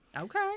Okay